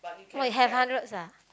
wait you have hundreds ah